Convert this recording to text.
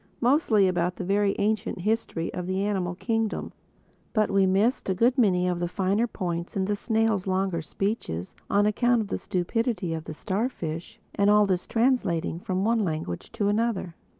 mostly about the very ancient history of the animal kingdom but we missed a good many of the finer points in the snail's longer speeches on account of the stupidity of the starfish and all this translating from one language to another.